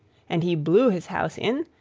and he blew his house in,